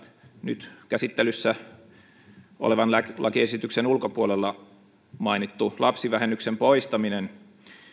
nyt toisessa käsittelyssä olevan lakiesityksen ulkopuolella mainittu lapsivähennyksen poistaminen